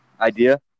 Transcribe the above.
Idea